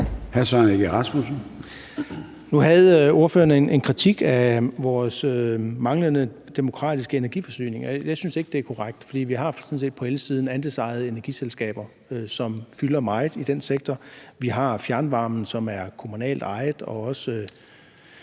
Nu havde ordføreren en kritik af vores manglende demokratiske energiforsyning. Jeg synes ikke, det er korrekt, for vi har sådan set på elsiden andelsejede energiselskaber, som fylder meget i den sektor, vi har fjernvarmen, som er kommunalt ejet og